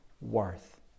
worth